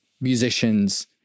musicians